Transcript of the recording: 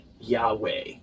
Yahweh